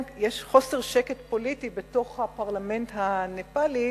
יש חוסר שקט פוליטי בפרלמנט הנפאלי,